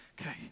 Okay